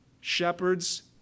Shepherds